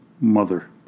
mother